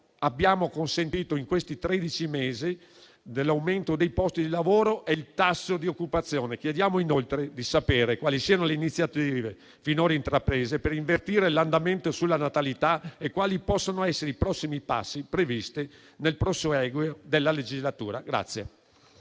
abbiano consentito in questi tredici mesi l'aumento dei posti di lavoro e del tasso di occupazione. Chiediamo, inoltre, di sapere quali siano le iniziative finora intraprese per invertire l'andamento sulla natalità e quali possano essere i prossimi passi previsti nel proseguo della legislatura.